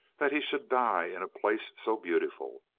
that he should die in a place so beautiful.